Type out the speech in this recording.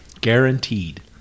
Guaranteed